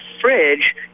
fridge